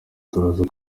turaza